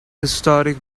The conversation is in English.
historic